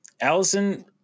Allison